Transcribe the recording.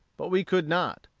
but we could not.